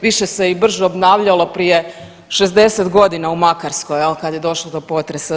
Više se i brže obnavljalo prije 60 godina u Makarskoj jel kad došlo do potresa.